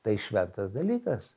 tai šventas dalykas